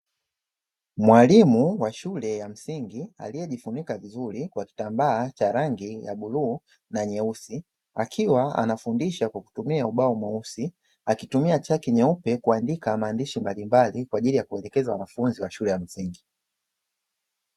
Mwalimu wa shule ya msingi aliyejifunika vizuri kwa kitambaa cha rangi ya bluu na nyeusi, akiwa anafundisha kwa kutumia ubao mweusi akitumia chaki nyeupe kuandika maneno mbalimbali, kwa ajili ya kuwaelekeza wanafunzi wa shule ya msingi.